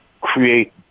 create